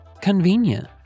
convenient